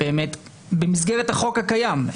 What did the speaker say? במסגרת החוק הקיים,